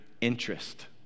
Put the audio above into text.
interest